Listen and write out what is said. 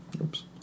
Oops